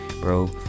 bro